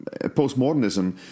postmodernism